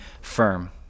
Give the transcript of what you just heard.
firm